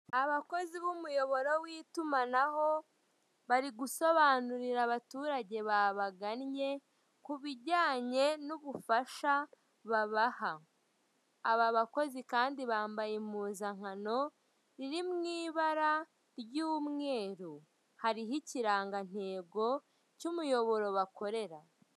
Abakozi b'umuyoboro w'itumanaho bari gusobanurira abaturage babagannye ku bijyanye n'ubufasha babaha. Aba bakozi kandi bambaye impuzankano riri mu ibara ry'umweru hariho ikirangantego cy'umuyoboro bakorera.